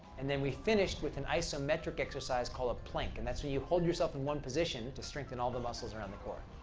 and then we finished with an isometric exercise called a plank, and that's where you hold yourself in one position to strengthen all the muscles around the core.